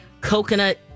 coconut